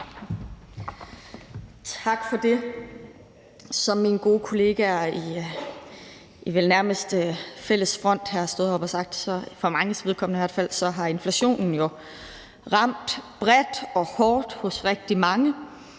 Tak for det. Som mine gode kollegaer i vel nærmest fælles front har stået heroppe og sagt, for manges vedkommende i hvert fald, har inflationen jo ramt bredt og hårdt hos rigtig mange.